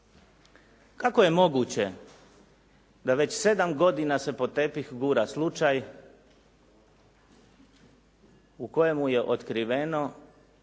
kako je moguće da već sedam godina se pod tepih gura slučaj u kojemu je otkriveno